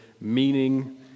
meaning